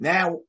Now